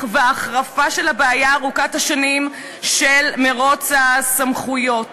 והחרפה של הבעיה ארוכת השנים של מירוץ הסמכויות.